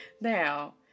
Now